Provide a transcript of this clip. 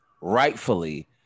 rightfully